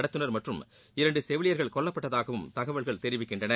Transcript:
நடத்துனர் மற்றும் இரண்டு செவிலியர்கள் கொல்லப்பட்டதாகவும் தகவல்கள் தெரிவிக்கின்றன